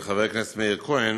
ה"חמאס" מתחבאים מאחורי ילדים.